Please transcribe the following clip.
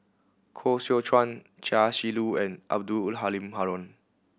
Koh Seow Chuan Chia Shi Lu and Abdul Halim Haron